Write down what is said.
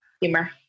humor